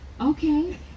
Okay